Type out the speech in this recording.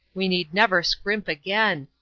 we need never scrimp again.